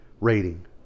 rating